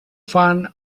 fan